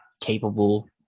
capable